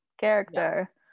character